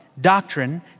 doctrine